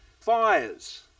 fires